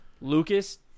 Lucas